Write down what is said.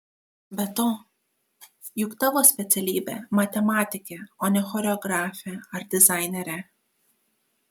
be to juk tavo specialybė matematikė o ne choreografė ar dizainerė